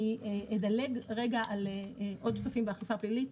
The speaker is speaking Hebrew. אני אדלג על עוד שקפים באכיפה פלילית.